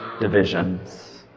divisions